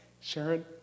Sharon